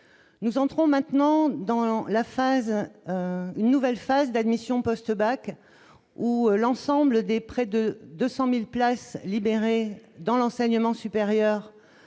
nous entrons maintenant dans la phase, une nouvelle phase d'admission post-bac, où l'ensemble des près de 200000 places libérées dans l'enseignement supérieur